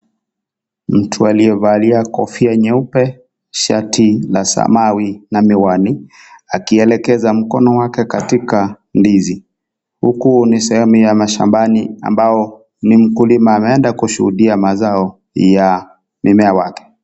Mtu aliyevalia kofia nyeupe shati la zamawi na miwani, akielekeza mkono wake katika ndizi, huku ni sehemu ya mashambani ambao ni mkulima ameenda kushuhudia mazao ya mimea wake.